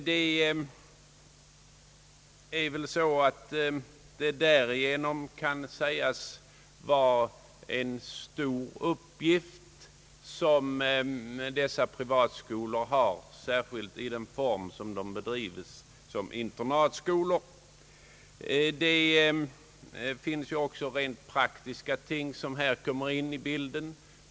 Dessa privatskolor kan därför sägas ha en stor uppgift att fylla, särskilt då de drivs i form av internatskolor. Rent praktiska ting kommer också in i bilden.